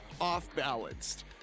off-balanced